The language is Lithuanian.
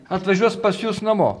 atvažiuos pas jus namo